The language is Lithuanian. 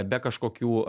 be kažkokių